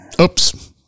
Oops